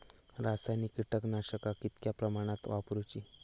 रासायनिक कीटकनाशका कितक्या प्रमाणात वापरूची?